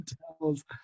Hotels